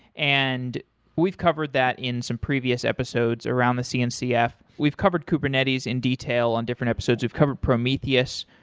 and we've covered that in some previous episodes around the cncf. we've covered kubernetes in detail on different episodes. we've covered prometheus.